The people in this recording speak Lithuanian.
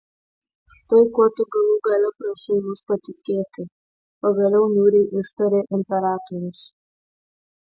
štai kuo tu galų gale prašai mus patikėti pagaliau niūriai ištarė imperatorius